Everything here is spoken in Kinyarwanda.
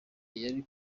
yari